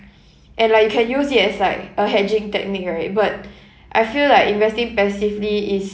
and like you can use it as like a hedging technique right but I feel like investing passively is